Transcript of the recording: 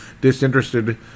disinterested